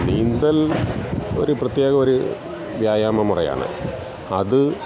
നീന്തൽ ഒര് പ്രത്യേകം ഒര് വ്യായാമ മുറയാണ് അത്